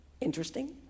interesting